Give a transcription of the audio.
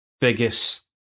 biggest